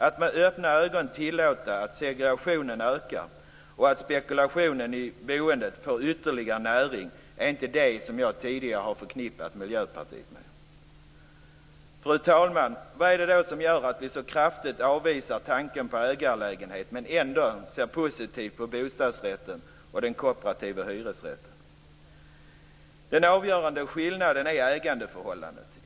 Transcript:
Att med öppna ögon tillåta att segregationen ökar och att spekulationen i boendet får ytterligare näring är inte det som jag tidigare har förknippat Miljöpartiet med. Fru talman! Vad är det då som gör att vi så kraftigt avvisar tanken på ägarlägenheten men ändå ser positivt på bostadsrätten och den kooperativa hyresrätten? Den avgörande skillnaden är ägandeförhållandet.